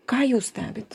ką jūs stebit